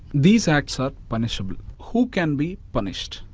these acts are punishable. who can be punished?